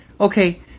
Okay